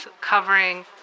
covering